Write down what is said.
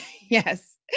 Yes